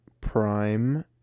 Prime